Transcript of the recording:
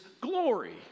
glory